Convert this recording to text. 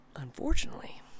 Unfortunately